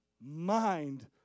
mind